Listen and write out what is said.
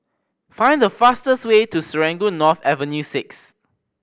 find the fastest way to Serangoon North Avenue Six